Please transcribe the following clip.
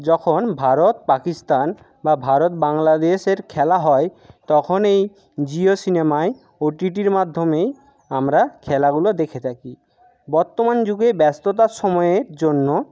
যখন ভারত পাকিস্তান বা ভারত বাংলাদেশের খেলা হয় তখন এই জিও সিনেমায় ওটিটির মাধ্যমেই আমরা খেলাগুলো দেখে থাকি বর্তমান যুগে ব্যস্ততার সময়ের জন্য